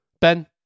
Ben